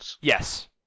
Yes